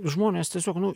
žmonės tiesiog nu